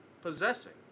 possessing